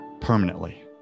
permanently